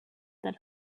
that